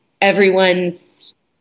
everyone's